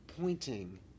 pointing